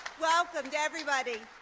welcome, to everybody.